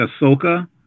Ahsoka